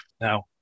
Now